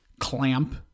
clamp